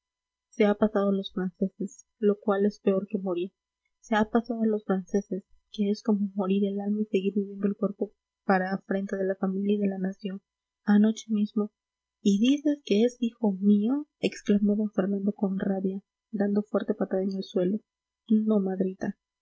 se ha pasado a los franceses lo cual es peor que morir se ha pasado a los franceses que es como morir el alma y seguir viviendo el cuerpo para afrenta de la familia y de la nación anoche mismo y dices que es hijo mío exclamó don fernando con rabia dando fuerte patada en el suelo no madrita